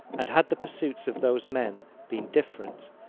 and, had the pursuits of those men been different,